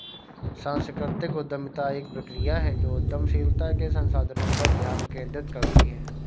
सांस्कृतिक उद्यमिता एक प्रक्रिया है जो उद्यमशीलता के संसाधनों पर ध्यान केंद्रित करती है